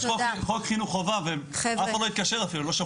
יש חוק חינוך חובה ואף אחד לא התקשר אפילו.